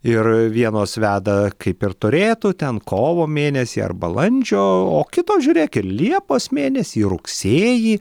ir vienos veda kaip ir turėtų ten kovo mėnesį ar balandžio o kitos žiūrėk ir liepos mėnesį ir rugsėjį